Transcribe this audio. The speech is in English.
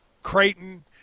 Creighton